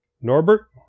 Norbert